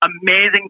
amazing